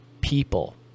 people